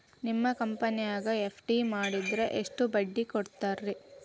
ನಿಮ್ಮ ಕಂಪನ್ಯಾಗ ಎಫ್.ಡಿ ಮಾಡಿದ್ರ ಎಷ್ಟು ಬಡ್ಡಿ ಕೊಡ್ತೇರಿ?